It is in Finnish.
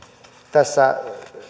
tässä